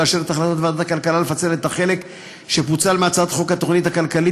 לאשר את החלטת ועדת הכלכלה לפצל את החלק שפוצל מהצעת חוק התוכנית הכלכלית